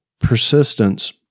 persistence